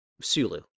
Sulu